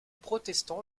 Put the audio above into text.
protestants